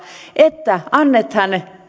että annetaan